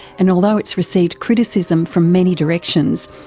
and although it's received criticism from many directions,